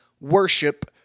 worship